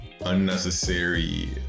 unnecessary